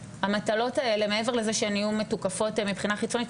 המטלות האלה מעבר לזה שהן יהיו מתוקפות מבחינה חיצונית,